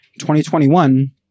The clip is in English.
2021